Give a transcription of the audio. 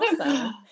awesome